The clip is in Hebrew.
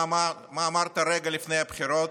מה אמרת רגע לפני הבחירות?